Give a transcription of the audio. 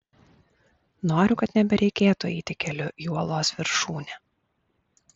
noriu kad nebereikėtų eiti keliu į uolos viršūnę